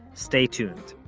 stay tuned.